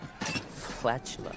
Flatula